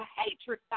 hatred